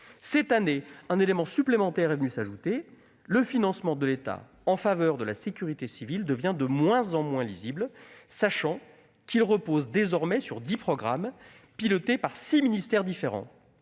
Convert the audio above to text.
Cette année, un élément supplémentaire est venu s'ajouter : le financement de l'État en faveur de la sécurité civile devient de moins en moins lisible, sachant qu'il repose désormais sur dix programmes, pilotés par six ministères différents.